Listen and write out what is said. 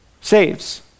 saves